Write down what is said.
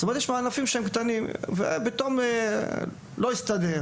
אם זה לא יסתדר